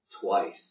twice